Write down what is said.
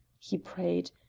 he prayed,